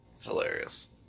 Hilarious